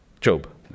Job